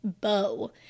bow